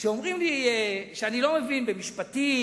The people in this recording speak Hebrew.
כשאומרים לי שאני לא מבין במשפטים,